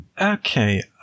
Okay